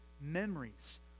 memories